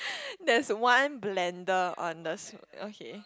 there is one blender one the s~ okay